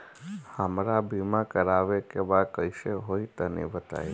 हमरा बीमा करावे के बा कइसे होई तनि बताईं?